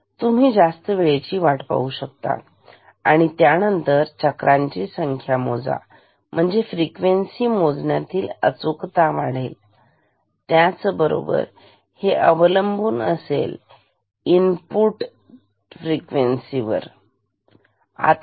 तुम्ही जास्त वेळेची वाट पाहू शकता आणि त्यानंतर चक्रांची संख्या मोजा तुमची फ्रिक्वेन्सी मोजण्या तील अचूकता वाढेल त्याच बरोबर हे अवलंबून असते इनपुट फ्रिक्वेन्सी वर ठीक